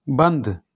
بند